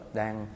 đang